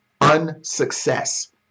unsuccess